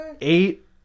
Eight